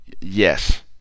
Yes